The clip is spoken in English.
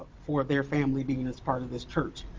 for their family being in this part of this church.